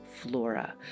flora